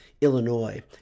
Illinois